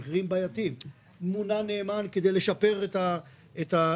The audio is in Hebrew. במחירים בעייתיים ומינה נאמן כדי לשפר את המציאות.